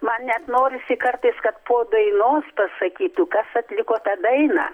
man net norisi kartais kad po dainos pasakytų kas atliko tą dainą